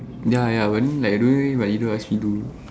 ya ya when don't know leh but people ask me do